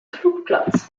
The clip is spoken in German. flugplatz